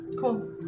Cool